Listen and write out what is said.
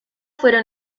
fueron